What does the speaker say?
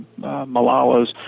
Malala's